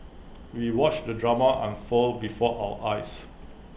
we watched the drama unfold before our eyes